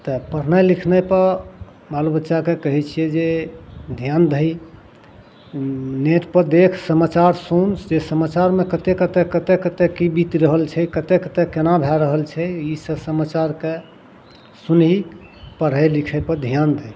तऽ पढ़नाइ लिखनाइपर बालो बच्चाकेँ कहै छिए जे धिआन दही नेटपर देख समाचार सुन से समाचारमे कतेक कतेक कतेक कतेक कि बीति रहल छै कतए कतए कोना भै रहल छै ईसब समाचारके सुनही पढ़ै लिखैपर धिआन दही